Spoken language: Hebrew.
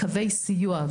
קווי סיוע,